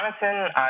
Jonathan